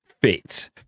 fit